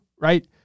right